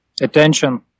attention